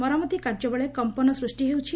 ମରାମତି କାର୍ଯ୍ୟବେଳେ କମ୍ମନ ସୂଷ୍କି ହେଉଛି